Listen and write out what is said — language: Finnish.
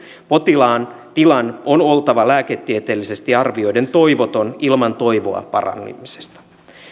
potilaan tilan on oltava lääketieteellisesti arvioiden toivoton ilman toivoa paranemisesta